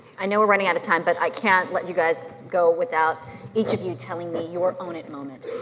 i know we're running out of time but i can't let you guys go without each of you telling me your own it moment,